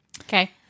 Okay